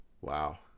Wow